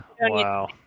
Wow